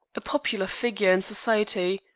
a popular figure in society,